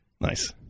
Nice